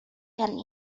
gen